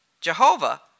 Jehovah